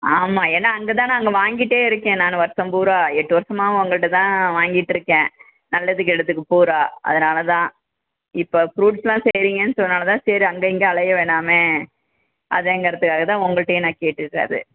ஆமாம் ஏன்னால் அங்கே தான் நான் வாங்கிட்டே இருக்கேன் நான் வருஷம் பூரா எட்டு வருஷமா உங்கள் கிட்டே தான் வாங்கிட்டிருக்கேன் நல்லது கெட்டதுக்கு பூரா அதனால் தான் இப்போ ஃப்ரூட்ஸ்ஸெலாம் செய்கிறீங்கன்னு சொன்னனால் தான் சரி அங்கே இங்கே அலைய வேணாமே அதேங்கிறத்துக்காக தான் உங்கள்கிட்டயே நான் கேட்டுவிட்டேன் அது